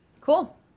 Cool